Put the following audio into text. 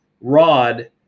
rod